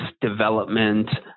development